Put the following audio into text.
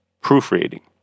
Proofreading